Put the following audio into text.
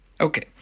Okay